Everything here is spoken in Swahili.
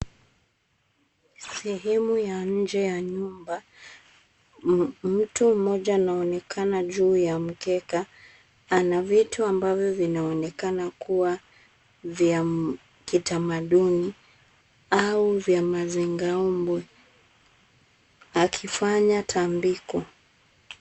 Sehemu ya nje ya nyumba, mtu mmoja anaonekana juu ya mkeka, ana vitu ambavyo vinaonekana kuwa vya kitamaduni au vya mazingaombwe akifanya tambiko.